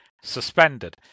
suspended